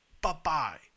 bye-bye